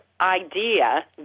idea